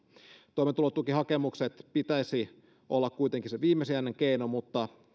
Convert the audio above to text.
toimeentulotukihakemusten pitäisi olla kuitenkin se viimesijainen keino mutta